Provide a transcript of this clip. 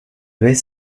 vez